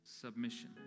Submission